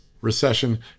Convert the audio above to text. Recession